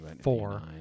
four